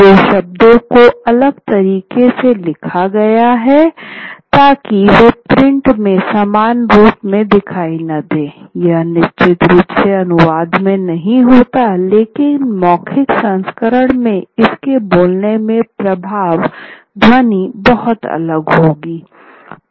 दो शब्दों को बहुत अलग तरीके से लिखा गया है ताकि वे प्रिंट में समान रूप से दिखाई न देंयह निश्चित रूप से अनुवाद में नहीं होता लेकिन मौखिक संस्करण में इसके बोलने में प्रभाव ध्वनि बहुत अलग होगा